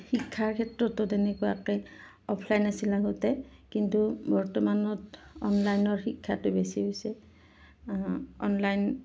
শিক্ষাৰ ক্ষেত্ৰতো তেনেকুৱাকৈ অফলাইন আছিল আগতে কিন্তু বৰ্তমানত অনলাইনৰ শিক্ষাতো বেছি হৈছে অনলাইন